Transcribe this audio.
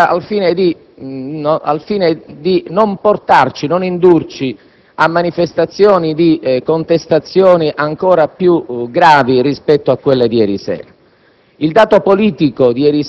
Mi auguro che questo non avvenga, al fine di non indurci a manifestazioni di contestazione ancora più gravi rispetto a quelle di ieri sera.